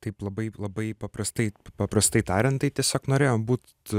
taip taip labai paprastai paprastai tariant tai tiesiog norėjom būt